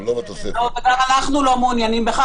גם אנחנו לא מעוניינים בכך.